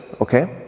Okay